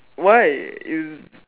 why is